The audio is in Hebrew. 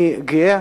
אני גאה